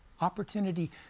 opportunity